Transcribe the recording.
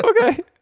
okay